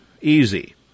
easy